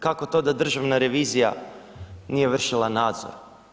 Kako to da državna revizija nije vršila nadzor?